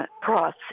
process